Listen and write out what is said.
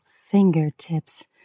fingertips